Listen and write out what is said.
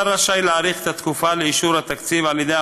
השר רשאי להאריך את התקופה לאישור התקציב על ידי